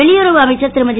வெளியுறவு அமைச்சர் திருமதி